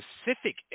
specific